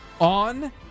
on